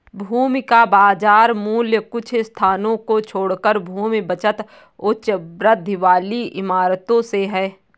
भूमि का बाजार मूल्य कुछ स्थानों को छोड़कर भूमि बचत उच्च वृद्धि वाली इमारतों से है